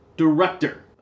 director